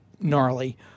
gnarly